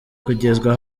kugezwa